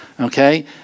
okay